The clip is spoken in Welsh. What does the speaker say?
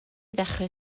ddechrau